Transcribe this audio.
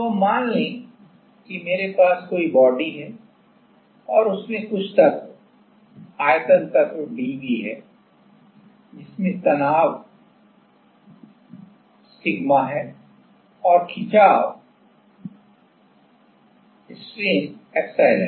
तो अब मान लें कि मेरे पास कोई बॉडी है और उसमें कुछ तत्व आयतन तत्व dV है जिसमें तनाव स्ट्रेस सिग्मा है और स्ट्रेन एप्सिलॉन है